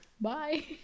Bye